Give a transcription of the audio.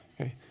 Okay